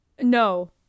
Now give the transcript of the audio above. no